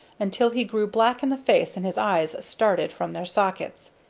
until he grew black in the face and his eyes started from their sockets.